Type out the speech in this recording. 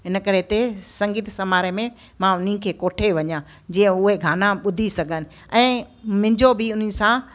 इन करे हिते संगीत समारह में मां उन्हनि खे कोठे वञा जीअं उहे गाना ॿुधी सघनि ऐं मुंहिंजो बि उन्हनि सां वक़्तु